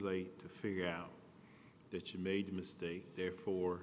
late to figure out that you made a mistake therefore